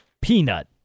peanut